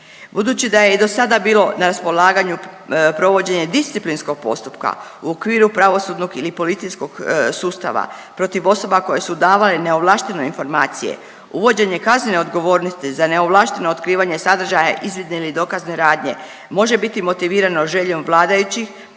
Budući da je i do sada bilo na raspolaganju provođenje disciplinskog postupka u okviru pravosudnog ili policijskog sustava protiv osoba koje su davale neovlaštene informacije uvođenje kaznene odgovornosti za neovlašteno otkrivanje sadržaja izvidne ili dokazne radnje može biti motivirano željom vladajućih